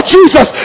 Jesus